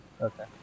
Okay